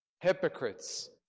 hypocrites